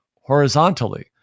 horizontally